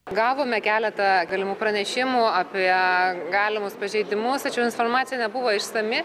gavome keletą galimų pranešimų apie galimus pažeidimus tačiau informacija nebuvo išsami